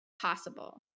possible